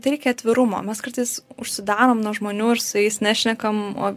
tai reikia atvirumo mes kartais užsidarom nuo žmonių ir su jais nešnekam o